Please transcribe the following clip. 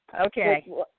Okay